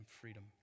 freedom